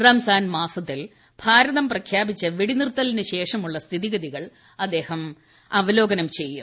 റംസാൻ മാസത്തിൽ ഭാരതം പ്രഖ്യാപിച്ച വെടിനിർത്തലിന് ശേഷമുള്ള സ്ഥിതിഗതികൾ അദ്ദേഹം വിലയിരുത്തും